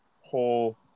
whole